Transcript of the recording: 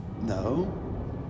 No